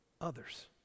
others